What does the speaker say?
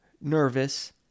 nervous